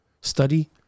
study